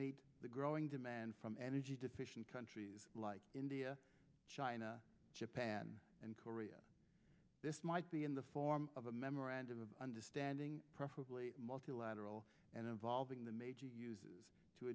meet the growing demand from energy deficient countries like india china japan and korea this might be in the form of a memorandum of understanding preferably multilateral and involving the major uses to